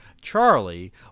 Charlie